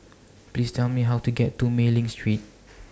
Please Tell Me How to get to Mei Ling Street